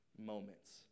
moments